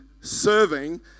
serving